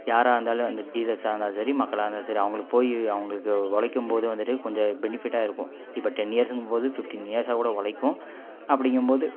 யாராக இருந்தாலும் அந்த டீலர்ஸா இருந்தாலும் சரி மக்களா இருந்தாலும் சரி அவங்களுக்கு போய் அவங்களுக்கு உழைக்கும்போது வந்துட்டு கொஞ்சம் பெனிஃபிட்டா இருக்கும் இப்போ டென் இயர்ஸ்ஸுங்கும்போது ஃப்ஃடீன் இயர்ஸாக கூட உழைக்கும் அப்படிங்கம் போது